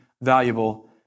valuable